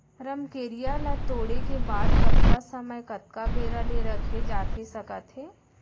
रमकेरिया ला तोड़े के बाद कतका समय कतका बेरा ले रखे जाथे सकत हे?